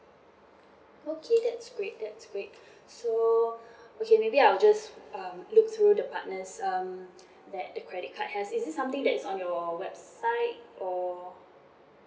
okay that's great that's great so okay maybe I will just um look through the partners um that the credit card has is it something that is on your website or